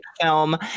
film